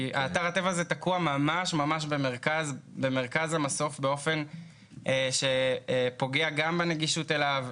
אתר הטבע הזה תקוע ממש במרכז המסוף באופן שפוגע גם בנגישות אליו,